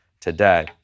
today